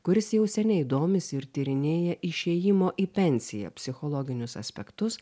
kuris jau seniai domisi ir tyrinėja išėjimo į pensiją psichologinius aspektus